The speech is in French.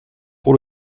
pour